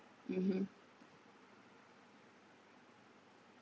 mmhmm